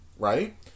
Right